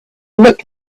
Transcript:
looked